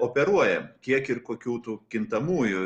operuojam kiek ir kokių tų kintamųjų